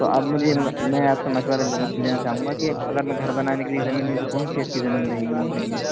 تو آپ مجھے میں آپ سے مشورہ لینا لینا چاہوں گا کہ اگر میں گھر بنانے کے لیے زمین لوں تو کون سی اچھی زمین رہے گی میرے لیے